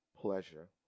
pleasure